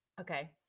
okay